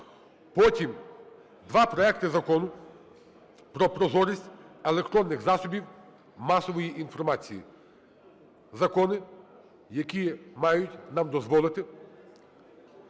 Потім два проекти Закону про прозорість електронних засобів масової інформації, закони, які мають нам дозволити